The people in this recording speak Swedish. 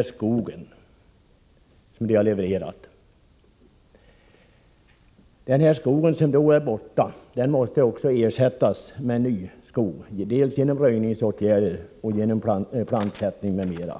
Och skogen, som efter avverkning är borta, måste ersättas med ny skog dels genom röjningsåtgärder, dels genom plantsättning m.m.